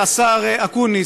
חברי השר אקוניס,